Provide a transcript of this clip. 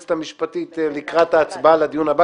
היועצת המשפטית לקראת ההצבעה בדיון הבא